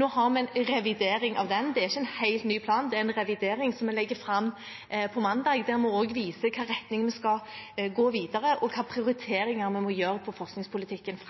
Nå har vi en revidering av den. Det er ikke en helt ny plan, men en revidering som vi legger fram på mandag, der vi også viser i hvilken retning vi skal gå videre, og hvilke prioriteringer vi må gjøre i forskningspolitikken